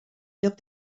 lloc